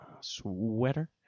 sweater